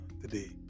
today